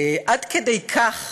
עד כדי כך